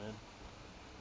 then